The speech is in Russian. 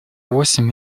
восемь